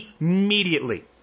immediately